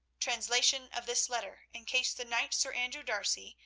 translation of this letter, in case the knight, sir andrew d'arcy,